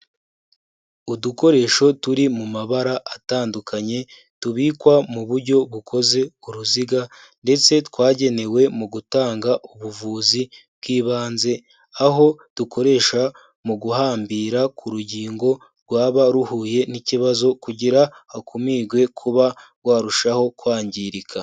Udukoresho turi mu mabara atandukanye, tubikwa mu buryo bukoze uruziga ndetse twagenewe mu gutanga ubuvuzi bw'ibanze, aho dukoresha mu guhambira ku rugingo rwaba ruhuye n'ikibazo kugira hakumirwe kuba rwarushaho kwangirika.